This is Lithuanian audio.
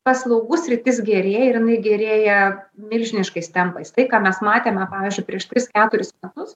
paslaugų sritis gerėja ir jinai gerėja milžiniškais tempais tai ką mes matėme pavyzdžiui prieš tris keturis metus